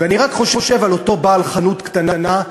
ואני רק חושב על אותו בעל חנות קטנה,